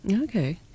Okay